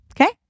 Okay